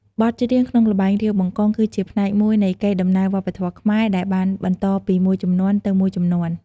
បទច្រៀងក្នុងល្បែង រាវបង្កង គឺជាផ្នែកមួយនៃ កេរដំណែលវប្បធម៌ខ្មែរ ដែលបានបន្តពីមួយជំនាន់ទៅមួយជំនាន់។